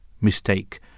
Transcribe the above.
mistake